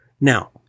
Now